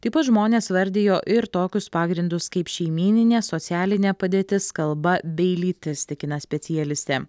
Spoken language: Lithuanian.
taip pat žmonės vardijo ir tokius pagrindus kaip šeimyninė socialinė padėtis kalba bei lytis tikina specialistė